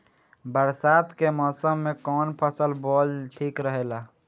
बरसात के मौसम में कउन फसल बोअल ठिक रहेला?